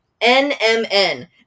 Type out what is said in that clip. NMN